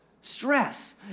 Stress